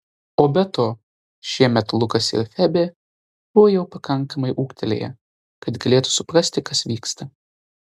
o be to šiemet lukas ir febė buvo jau pakankamai ūgtelėję kad galėtų suprasti kas vyksta